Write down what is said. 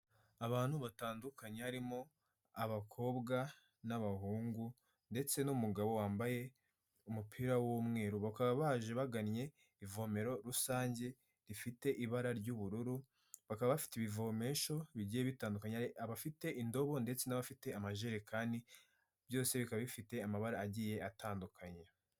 Abantu batandukanye, harimo abakobwa n'abahungu ndetse n'umugabo wambaye umupira w'umweru, bakaba baje bagannye ivomero rusange rifite ibara ry'ubururu, bakaba bafite ibivomesho bigiye bitandukanya, hari abafite indobo ndetse n'abafite amajerekani, byose bikaba bifite amabara agiye atandukanye.